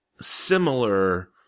similar